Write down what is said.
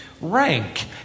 rank